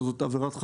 וזאת עבירת חשיפה.